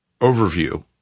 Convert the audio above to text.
overview